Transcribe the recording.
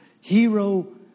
hero